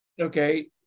Okay